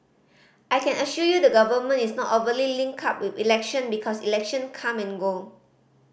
I can assure you the Government is not overly linked up with election because election come and go